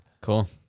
Cool